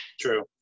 True